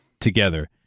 together